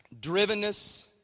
drivenness